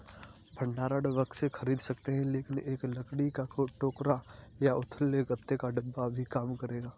भंडारण बक्से खरीद सकते हैं लेकिन एक लकड़ी का टोकरा या उथले गत्ते का डिब्बा भी काम करेगा